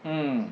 mm